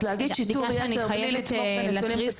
אז להגיד שיטור יתר בלי לתמוך בנתונים,